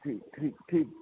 ਠੀਕ ਠੀਕ ਠੀਕ